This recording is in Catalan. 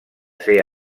ser